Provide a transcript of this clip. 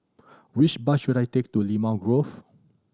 which bus should I take to Limau Grove